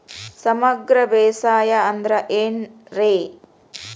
ಸಮಗ್ರ ಬೇಸಾಯ ಅಂದ್ರ ಏನ್ ರೇ?